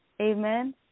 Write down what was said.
Amen